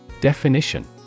Definition